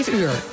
uur